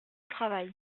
travail